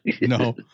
no